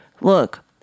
look